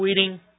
tweeting